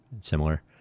similar